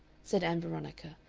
said ann veronica,